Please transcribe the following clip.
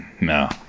no